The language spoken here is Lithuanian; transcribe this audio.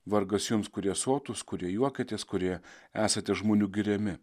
vargas jums kurie sotūs kurie juokiatės kurie esate žmonių giriami